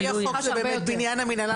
על פי חוק זה על בניין המנהלה.